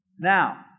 Now